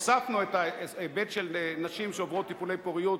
הוספנו את ההיבט של נשים שעוברות טיפולי פוריות,